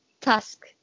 task